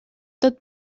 tot